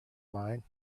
mine